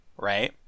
Right